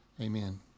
Amen